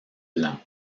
blanc